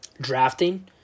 drafting